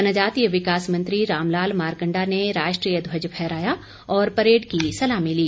जनजातीय विकास मंत्री रामलाल मारकंडा ने राष्ट्रीय ध्वज फहराया और परेड की सलामी ली